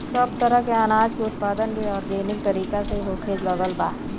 सब तरह के अनाज के उत्पादन भी आर्गेनिक तरीका से होखे लागल बा